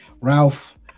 Ralph